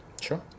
Sure